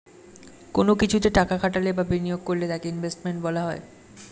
কোন কিছুতে টাকা খাটালে বা বিনিয়োগ করলে তাকে ইনভেস্টমেন্ট বলা হয়